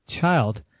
child